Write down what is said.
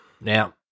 Now